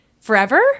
forever